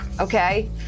Okay